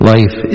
Life